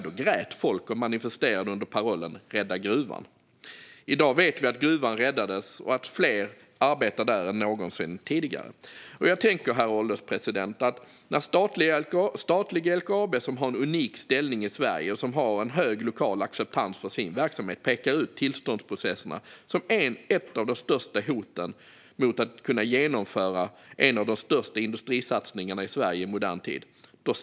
Då grät folk och manifesterade under parollen "Rädda gruvan". I dag vet vi att gruvan räddades och att fler än någonsin tidigare arbetar där. Jag tänker, herr ålderspresident, att det säger något om hur illa det faktiskt är när statliga LKAB, som har en unik ställning i Sverige och som har en hög lokal acceptans för sin verksamhet, pekar ut tillståndsprocesserna som ett av de största hoten mot att kunna genomföra en av de största industrisatsningarna i Sverige i modern tid.